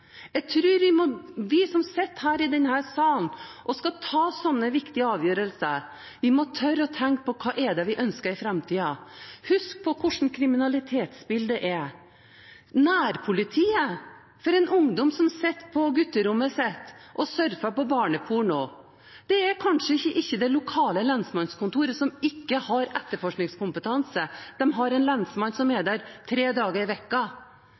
vi som sitter i denne salen og skal ta slike viktige avgjørelser, må tørre å tenke på hva det er vi ønsker i framtiden. Husk på hvordan kriminalitetsbildet er. Nærpolitiet for en ungdom som sitter på gutterommet sitt og surfer på barneporno, er kanskje ikke det lokale lensmannskontoret som ikke har etterforskningskompetanse. De har en lensmann som er der tre dager i